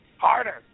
Harder